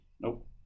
Nope